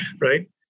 right